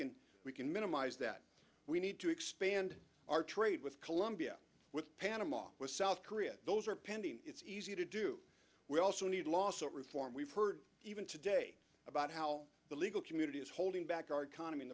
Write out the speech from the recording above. can we can minimize that we need to expand our trade with colombia with panama with south korea those are pending it's easy to do we also need lawsuit reform we've heard even today about how the legal community is holding back our economy